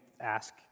ask